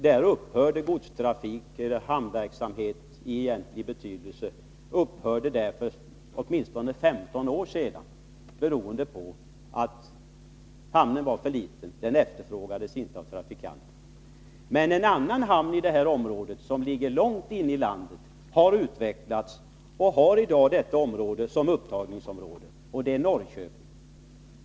Där upphörde hamnverksamhet i egentlig betydelse för åtminstone 15 år sedan, beroende på att hamnen var för liten. Den efterfrågades inte av trafikanterna. Men en annan hamn i området, som ligger långt inne i landet, har utvecklats och har i dag detta område som upptagningsområde. Jag avser Norrköping.